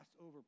over